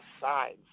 sides